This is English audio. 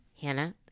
Hannah